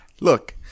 Look